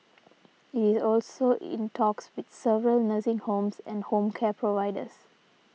it is also in talks with several nursing homes and home care providers